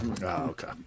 Okay